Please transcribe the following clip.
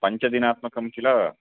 पञ्चदिनात्मकं किल